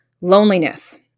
loneliness